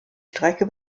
strecke